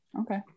Okay